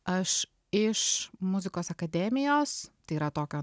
aš iš muzikos akademijos tai yra tokio